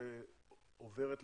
ועוברת לפחם?